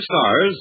stars